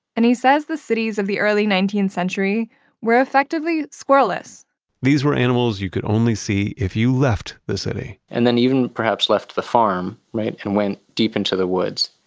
and he says the cities of the early nineteenth century were effectively squirrel-less these were animals you could only see if you left the city and then even perhaps left the farm and went deep into the woods,